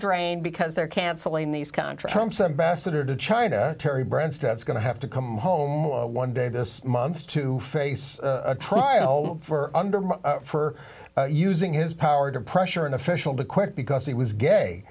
drain because they're canceling these contretemps ambassador to china terry branstad is going to have to come home one day this month to face a trial for under for using his power to pressure an official to quit because he was gay